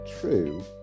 true